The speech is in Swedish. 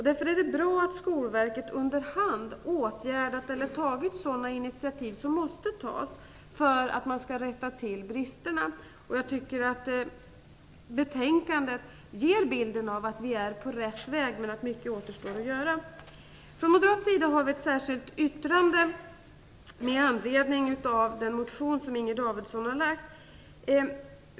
Därför är det bra att Skolverket underhand har åtgärdat eller tagit sådana initiativ som måste tas för att rätta till bristerna. Betänkandet ger bilden av att vi är på rätt väg men att mycket återstår att göra. Från Moderaternas sida har vi ett särskilt yttrande med anledning av den motion som Inger Davidson har väckt.